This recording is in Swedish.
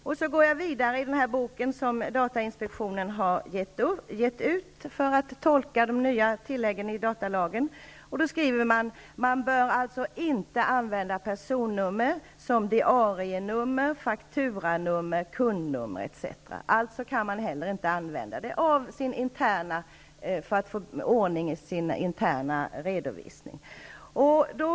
Om man läser vidare i den bok som datainspektionen har gett ut för att man skall kunna tolka de nya tilläggen i datalagen, finner man att det står att man inte bör använda personnummer som diarienummer, fakturanummer, kundnummer, etc. Man kan alltså inte använda personnummer på detta sätt för att få ordning i sin interna redovisning.